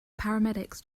paramedics